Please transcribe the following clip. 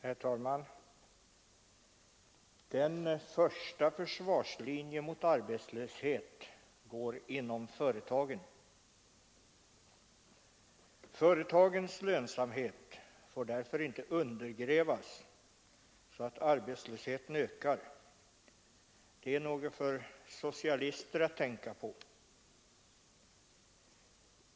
Herr talman! Den första försvarslinjen mot arbetslöshet går inom företagen. Företagens lönsamhet får därför inte undergrävas så att arbetslösheten ökar. Det är något för socialister att tänka på.